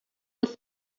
was